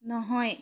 নহয়